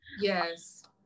yes